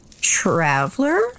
Traveler